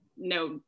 no